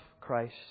Christ